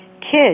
kid